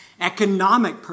economic